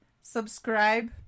subscribe